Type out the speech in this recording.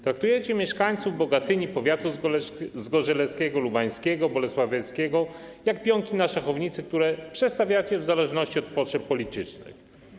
Traktujecie mieszkańców Bogatyni, powiatów: zgorzeleckiego, lubańskiego, bolesławieckiego jak pionki na szachownicy, które przestawiacie w zależności od potrzeb politycznych.